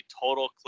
total